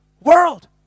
world